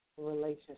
relationship